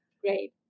Great